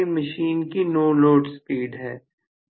तो यह मशीन की नो लोड स्पीड है